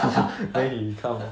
then he come